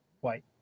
white